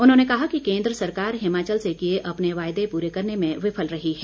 उन्होंने कहा कि केन्द्र सरकार हिमाचल से किए अपने वायदे पूरे करने में विफल रही है